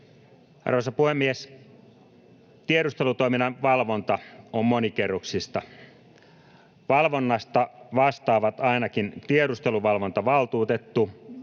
Arvoisa puhemies! Tiedustelutoiminnan valvonta on monikerroksista. Valvonnasta vastaavat ainakin tiedusteluvalvontavaltuutettu,